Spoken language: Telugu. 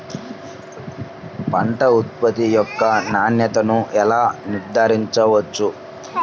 పంట ఉత్పత్తి యొక్క నాణ్యతను ఎలా నిర్ధారించవచ్చు?